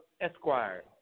Esquire